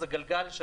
זה גלגל.